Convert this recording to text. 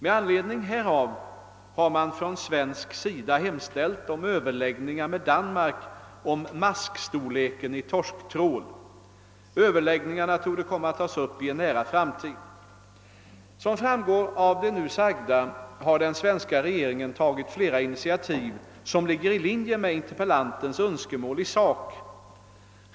Med anledning härav har man på svensk sida hemställt om överläggningar med Danmark om maskstorleken i torsktrål. Överläggningarna torde komma att tas upp i en nära framtid. Som framgår av det nu sagda har den svenska regeringen tagit flera initiativ som ligger i linje med interpellantens önskemål i sak.